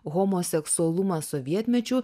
homoseksualumas sovietmečiu